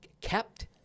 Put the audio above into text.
kept